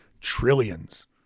trillions